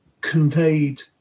conveyed